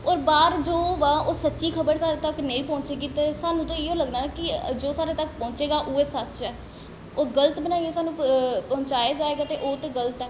होर बाह्र जो होआ दा ओह् सच्ची खबर साढ़े तक नेईं पोंह्चेगी ते सानूं ते इ'यो लग्गना ना कि जो साढ़े तक पोंह्चेगा उ'ऐ सच्च ऐ ओह् गल्त बनाइयै सानूं पहुँचाए जाए करदे ओह् ते गल्त ऐ